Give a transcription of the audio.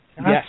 yes